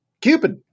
Cupid